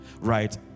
Right